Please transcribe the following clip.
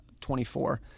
24